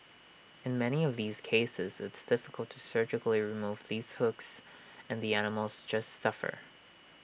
in many of these cases it's difficult to surgically remove these hooks and the animals just suffer